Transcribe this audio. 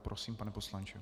Prosím, pane poslanče.